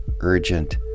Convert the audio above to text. urgent